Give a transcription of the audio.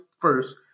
first